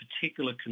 particular